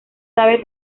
sabe